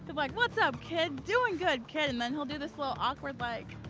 like what's up, kid? doing good, kid! and then he'll do this little awkward like